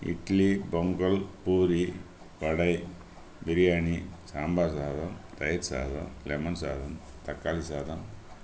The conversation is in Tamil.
இட்லி பொங்கல் பூரி வடை பிரியாணி சாம்பார் சாதம் தயிர் சாதம் லெமன் சாதம் தக்காளி சாதம்